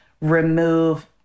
remove